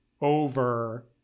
over